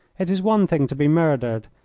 it is one thing to be murdered,